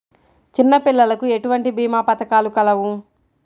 చిన్నపిల్లలకు ఎటువంటి భీమా పథకాలు కలవు?